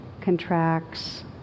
contracts